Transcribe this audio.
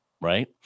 Right